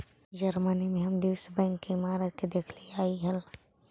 Germany में हम Deutsche Bank के इमारत के देखलीअई हल